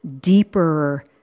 deeper